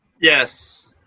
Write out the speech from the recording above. Yes